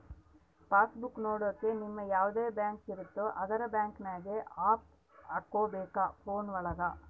pass book ನೊಡಕ ನಿಮ್ಡು ಯಾವದ ಬ್ಯಾಂಕ್ ಇರುತ್ತ ಅದುರ್ ಬ್ಯಾಂಕಿಂಗ್ ಆಪ್ ಹಕೋಬೇಕ್ ಫೋನ್ ಒಳಗ